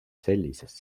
sellises